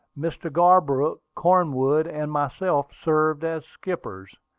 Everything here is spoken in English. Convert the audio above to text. mr. garbrook, cornwood, and myself served as skippers,